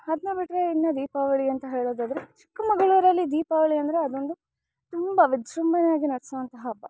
ಅದನ್ನ ಬಿಟ್ಟರೆ ಇನ್ನು ದೀಪಾವಳಿ ಅಂತ ಹೇಳೋದಾದರೆ ಚಿಕ್ಕಮಗಳೂರಲ್ಲಿ ದೀಪಾವಳಿ ಅಂದರೆ ಅದೊಂದು ತುಂಬ ವಿಜೃಂಭಣೆಯಾಗಿ ನಡೆಸೋವಂಥ ಹಬ್ಬ